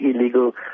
illegal